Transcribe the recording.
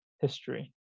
history